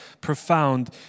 profound